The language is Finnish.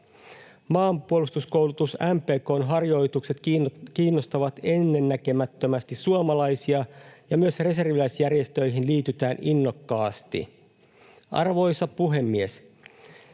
Maanpuolustuskoulutus MPK:n harjoituksetkin kiinnostavat ennennäkemättömästi suomalaisia, ja myös reserviläisjärjestöihin liitytään innokkaasti. Arvoisa puhemies!